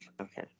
Okay